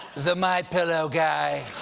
the my pillow guy,